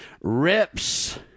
rips